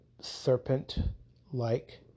serpent-like